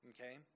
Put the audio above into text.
Okay